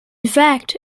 fact